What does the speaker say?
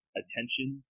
attention